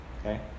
okay